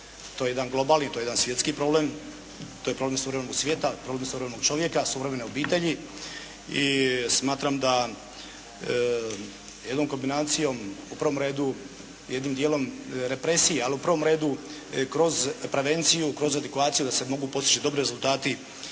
to je jedan globalni, to je jedan svjetski problem, to je problem suvremenog svijeta, problem suvremenog čovjeka, suvremene obitelji. I smatram da jednom kombinacijom u prvom redu, jednim dijelom represije ali u prvom redu kroz prevenciju, kroz edukaciju da se mogu postići dobri rezultati,